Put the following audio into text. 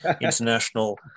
international